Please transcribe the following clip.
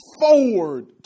forward